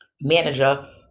manager